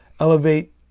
Elevate